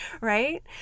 right